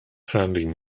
founding